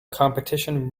competition